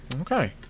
Okay